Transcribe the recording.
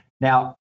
Now